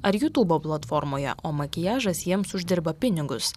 ar jutubo platformoje o makiažas jiems uždirba pinigus